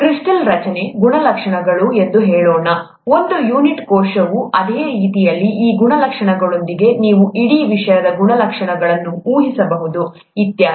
crystal ರಚನೆ ಗುಣಲಕ್ಷಣಗಳು ಎಂದು ಹೇಳೋಣ ಒಂದು ಯೂನಿಟ್ ಕೋಶವು ಅದೇ ರೀತಿಯಲ್ಲಿ ಆ ಗುಣಲಕ್ಷಣಗಳೊಂದಿಗೆ ನೀವು ಇಡೀ ವಿಷಯದ ಗುಣಲಕ್ಷಣಗಳನ್ನು ಊಹಿಸಬಹುದು ಇತ್ಯಾದಿ